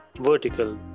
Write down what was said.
vertical